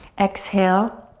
exhale.